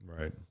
Right